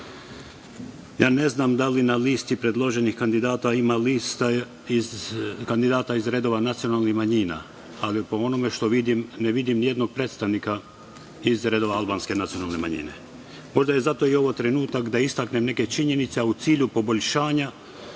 znam da li na listi predloženih kandidata ima lista kandidata iz redova nacionalnih manjina, ali po onome što vidim, ne vidim nijednog predstavnika iz redova albanske nacionalne manjine. Možda je zato i ovo trenutak da istaknem neke činjenice a u cilju poboljšanja